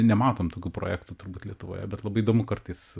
nematom tokių projektų turbūt lietuvoje bet labai įdomu kartais